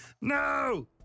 No